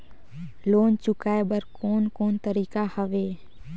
Loan चुकाए बर कोन कोन तरीका हवे?